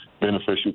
beneficial